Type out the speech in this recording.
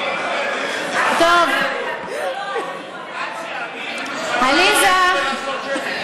עד שעלית את רוצה לרדת?